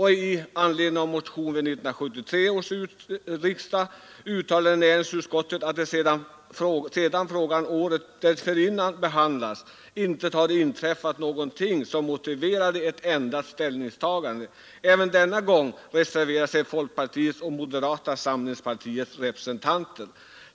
I anledning av en likadan motion vid 1973 års riksdag uttalade näringsutskottet att det sedan frågan året dessförinnan behandlades inte hade inträffat någonting som motiverade ett ändrat ställningstagande. Även denna gång reserverade sig folkpartiet och moderata samlingspartiets representanter.